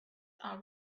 are